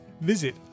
Visit